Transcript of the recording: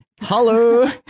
hello